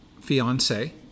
fiance